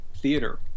theater